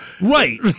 Right